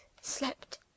slept